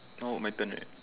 now my turn right